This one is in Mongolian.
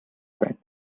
байна